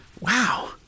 Wow